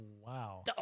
Wow